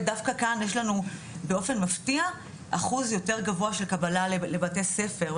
דווקא כאן יש לנו באופן מפתיע אחוז יותר גבוה של קבלה לבתי ספר,